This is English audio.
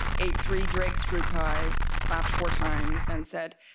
ate three drake's fruit pies, clapped four times, and said,